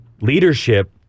leadership